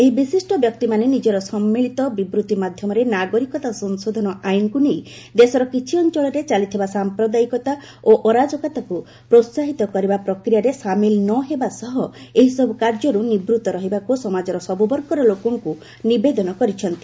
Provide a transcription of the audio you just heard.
ଏହି ବିଶିଷ୍ଟ ବ୍ୟକ୍ତିମାନେ ନିଜର ସମ୍ମିଳିତ ବିବୃଭି ମାଧ୍ୟମରେ ନାଗରିକତା ସଂଶୋଧନ ଆଇନକୁ ନେଇ ଦେଶର କିଛି ଅଞ୍ଚଳରେ ଚାଲିଥିବା ସାଂପ୍ରଦାୟିକତା ଓ ଅରାଜକତାକୁ ପ୍ରୋହାହିତ କରିବା ପ୍ରକ୍ରିୟାରେ ସାମିଲ ନ ହେବା ସହ ଏହିସବୁ କାର୍ଯ୍ୟରୁ ନିବୃତ୍ତ ରହିବାକୁ ସମାଜର ସବୁବର୍ଗର ଲୋକଙ୍କୁ ନିବେଦନ କରିଛନ୍ତି